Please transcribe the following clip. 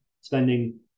spending